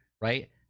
right